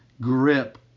grip